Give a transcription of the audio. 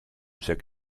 check